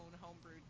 homebrew